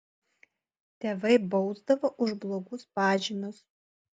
tėvai bausdavo už blogus pažymius